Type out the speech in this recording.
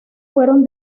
fueron